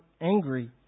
angry